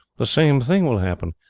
the same thing will happen.